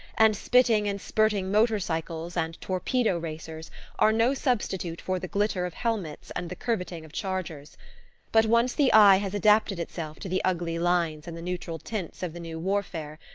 and spitting and spurting motor-cycles and torpedo racers are no substitute for the glitter of helmets and the curvetting of chargers but once the eye has adapted itself to the ugly lines and the neutral tints of the new warfare,